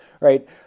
right